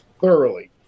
Thoroughly